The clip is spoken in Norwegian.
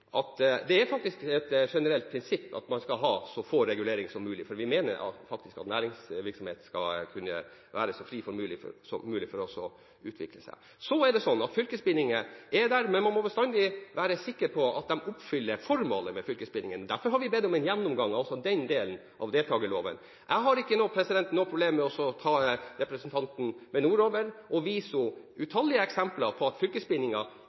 det er faktisk et generelt prinsipp – at man skal ha så få reguleringer som mulig. Vi mener at næringsvirksomhet skal være så fri som mulig for å kunne utvikle seg. Det er sånn at fylkesbindinger er der, men man må bestandig være sikker på at de oppfyller formålet. Derfor har vi bedt om en gjennomgang – altså den delen av deltakerloven. Jeg har ikke noe problem med å ta med representanten nordover for å vise henne utallige eksempler på at